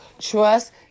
trust